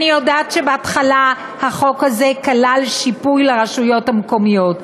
אני יודעת שבהתחלה החוק הזה כלל שיפוי לרשויות המקומיות,